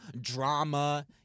drama